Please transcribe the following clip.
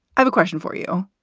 i have a question for you.